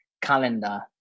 calendar